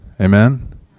amen